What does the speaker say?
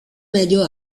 medio